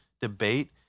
debate